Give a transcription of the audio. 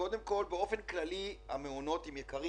קודם כל, המעונות יקרים